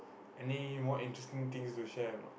anymore interesting things to share or not